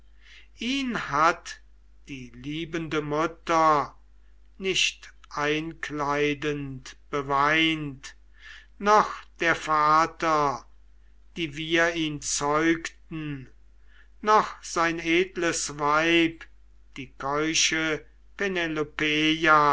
ihn hat die liebende mutter nicht einkleidend beweint noch der vater die wir ihn zeugten noch sein edles weib die keusche